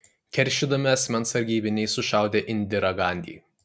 keršydami asmens sargybiniai sušaudė indirą gandi